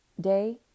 day